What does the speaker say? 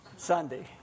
Sunday